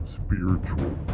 spiritual